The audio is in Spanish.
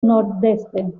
nordeste